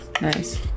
Nice